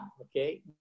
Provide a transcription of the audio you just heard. okay